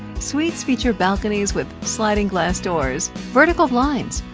suites feature balconies with sliding glass doors, vertical blinds,